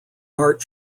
art